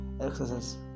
exercises